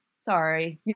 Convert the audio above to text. sorry